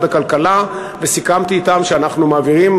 הכלכלה וסיכמתי אתם שאנחנו מעבירים,